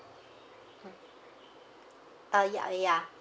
mm uh ya uh ya